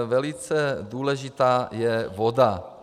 Velice důležitá je voda.